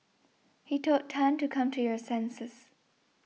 he told Tan to come to your senses